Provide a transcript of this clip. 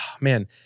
Man